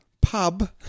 pub